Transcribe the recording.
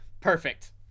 perfect